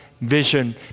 vision